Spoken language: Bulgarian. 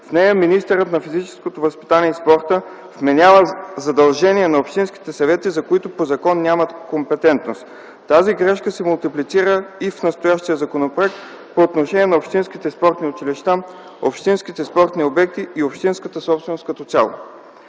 В нея министърът на физическото възпитание и спорта вменява задължения на общинските съвети, за които по закон няма компетентност. Тази грешка се мултиплицира и в настоящия законопроект по отношение на общинските спортни училища, общинските спортни обекти и общинската собственост